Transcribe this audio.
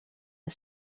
and